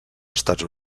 estats